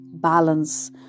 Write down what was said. balance